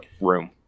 room